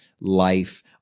life